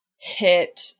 hit